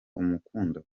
umukunda